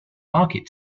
market